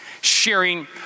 sharing